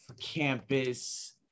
campus